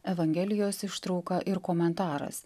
evangelijos ištrauka ir komentaras